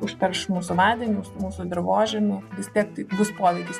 užterš mūsų vandenius mūsų dirvožemių vis tiek tai bus poveikis